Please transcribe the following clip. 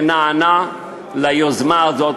שנענה ליוזמה הזאת,